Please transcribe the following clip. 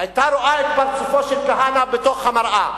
היתה רואה את פרצופו של כהנא בתוך המראה,